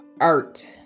art